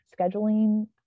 scheduling